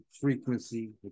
frequency